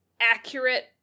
accurate